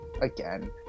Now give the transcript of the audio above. Again